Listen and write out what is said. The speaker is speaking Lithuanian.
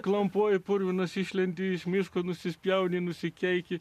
klampoji purvinas išlendi iš miško nusispjauni nusikeiki